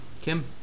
Kim